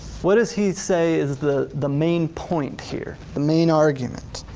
what does he say is the the main point here, the main argument?